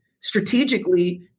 strategically